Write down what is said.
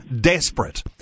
desperate